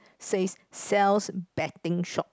says sells betting shop